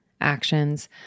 actions